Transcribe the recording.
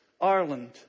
Ireland